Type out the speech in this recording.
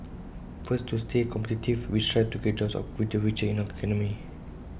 first to stay competitive we strive to create jobs of good future in our economy